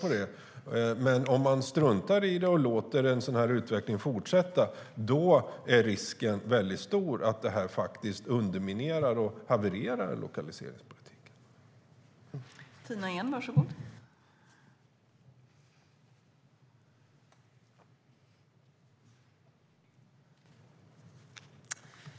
Men om regeringen struntar i det och låter utvecklingen fortsätta, då är risken väldigt stor att det underminerar och havererar lokaliseringspolitiken.